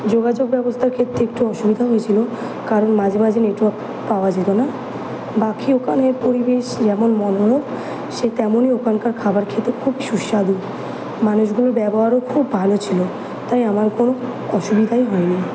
যোগাযোগ ব্যবস্থার ক্ষেত্রে একটু অসুবিধা হয়েছিল কারণ মাঝে মাঝে নেটওয়ার্ক পাওয়া যেত না বাকি ওখানের পরিবেশ যেমন মনোরম সেই তেমনই ওখানকার খাবার খেতে খুবই সুস্বাদু মানুষগুলোর ব্যবহারও খুব ভালো ছিল তাই আমার কোনো অসুবিধাই হয়নি